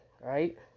right